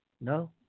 No